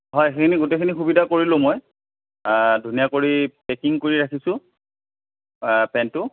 হয় সেইখিনি গোটেইখিনি সুবিধা কৰিলোঁ মই ধুনীয়া কৰি পেকিং কৰি ৰাখিছোঁ পেণ্টটো